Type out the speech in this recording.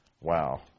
Wow